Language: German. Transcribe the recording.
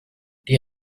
die